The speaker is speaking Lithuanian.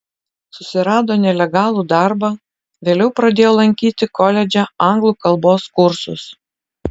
susirado nelegalų darbą vėliau pradėjo lankyti koledže anglų kalbos kursus